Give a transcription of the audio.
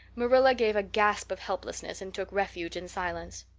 marilla gave a gasp of helplessness and took refuge in silence.